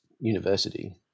university